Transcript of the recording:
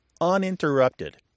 uninterrupted